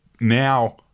now